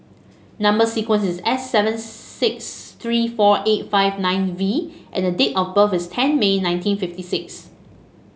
number sequence is S seven six three four eight five nine V and date of birth is ten May nineteen fifty six